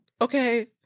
okay